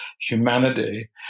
humanity